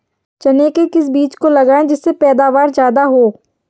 चने के किस बीज को लगाएँ जिससे पैदावार ज्यादा हो?